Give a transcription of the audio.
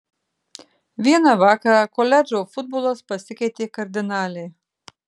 vieną vakarą koledžo futbolas pasikeitė kardinaliai